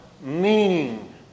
meaning